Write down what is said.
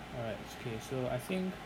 alright it's okay so I think